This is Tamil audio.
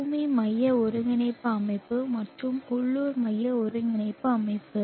பூமி மைய ஒருங்கிணைப்பு அமைப்பு மற்றும் உள்ளூர் மைய ஒருங்கிணைப்பு அமைப்பு